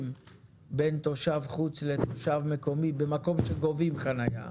בין תושב חוץ לתושב מקומי במקום שגובים חנייה,